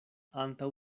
antaŭ